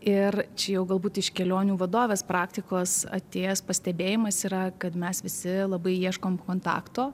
ir čia jau galbūt iš kelionių vadovės praktikos atėjęs pastebėjimas yra kad mes visi labai ieškom kontakto